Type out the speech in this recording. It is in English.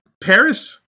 Paris